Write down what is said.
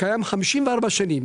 שקיים 54 שנים.